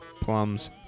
plums